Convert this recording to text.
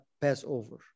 passover